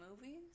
movies